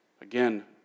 Again